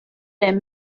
les